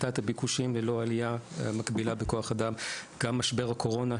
שהעלתה את הביקושים ללא עלייה מקבילה בכוח אדם; גם משבר הקורונה,